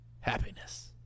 happiness